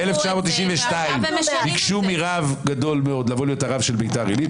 ב-1992 ביקשו מרב גדול מאוד לבוא להיות הרב של ביתר עילית,